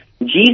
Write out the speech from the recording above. Jesus